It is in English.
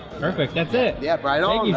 perfect. that's it. yep, right on,